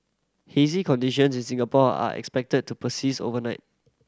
hazy conditions in Singapore are expected to persist overnight